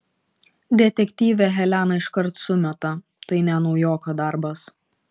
detektyvė helena iškart sumeta tai ne naujoko darbas